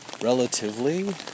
relatively